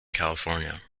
california